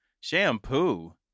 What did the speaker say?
Shampoo